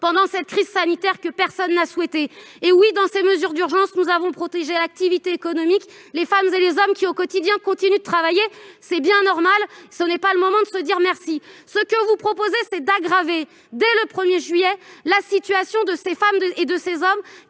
pendant cette crise sanitaire que personne n'a souhaitée. Oui, au titre de ces mesures d'urgence, nous avons protégé l'activité économique, les femmes et les hommes qui, au quotidien, continuent de travailler. C'est bien normal et ce n'est pas le moment de se dire merci ! Ce que vous proposez, c'est d'aggraver, dès le 1 juillet prochain, la situation de ces femmes et de ces hommes